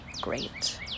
great